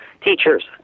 teachers